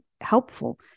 helpful